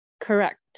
Correct